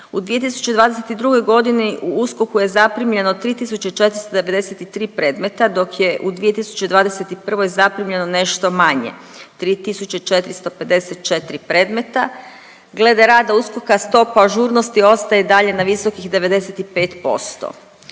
U 2022. g. u USKOK-u je zaprimljeno 3493 predmeta, dok je u 2021. zaprimljeno nešto manje, 3454 predmeta. Glede rada USKOK-a stopa ažurnosti ostaje i dalje na visokih 95%.